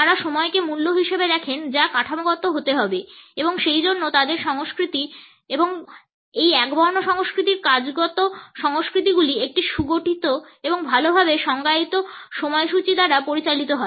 তারা সময়কে মূল্য হিসাবে দেখেন যা কাঠামোগত হতে হবে এবং সেইজন্য তাদের সংস্কৃতি এবং সেইজন্য এই একবর্ণ সংস্কৃতির কাজগত সংস্কৃতিগুলি একটি সুগঠিত এবং ভালভাবে সংজ্ঞায়িত সময়সূচী দ্বারা পরিচালিত হয়